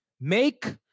make